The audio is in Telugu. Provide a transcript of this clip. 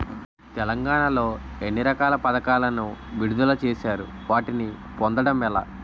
తెలంగాణ లో ఎన్ని రకాల పథకాలను విడుదల చేశారు? వాటిని పొందడం ఎలా?